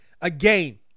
again